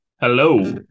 Hello